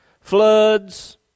floods